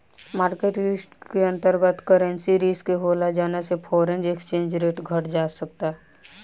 market risk के अंतर्गत, currency risk होला जौना से फॉरेन एक्सचेंज रेट घट सकता